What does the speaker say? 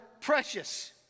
precious